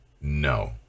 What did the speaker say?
no